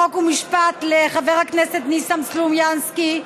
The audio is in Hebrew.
חוק ומשפט חבר הכנסת ניסן סלומינסקי,